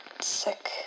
sick